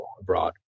abroad